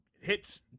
Hits